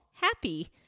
Happy